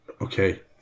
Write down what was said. Okay